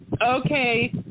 Okay